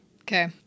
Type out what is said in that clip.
Okay